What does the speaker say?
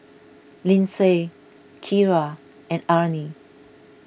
Lyndsay Kyra and Arne